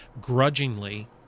grudgingly